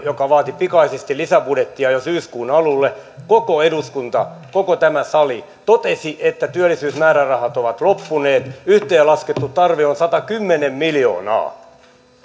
joka vaati pikaisesti lisäbudjettia jo syyskuun alulle koko eduskunta koko tämä sali totesi että työllisyysmäärärahat ovat loppuneet yhteenlaskettu tarve on satakymmentä miljoonaa